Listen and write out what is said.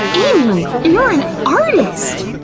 amy! you're an artist!